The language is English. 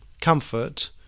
comfort